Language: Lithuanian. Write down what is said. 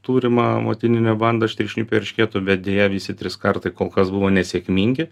turimą motininę bandą aštriašnipių eršketų bet deja visi trys kartai kol kas buvo nesėkmingi